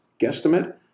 guesstimate